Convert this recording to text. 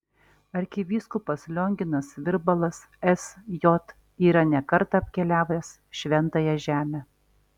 arkivyskupas lionginas virbalas sj yra ne kartą apkeliavęs šventąją žemę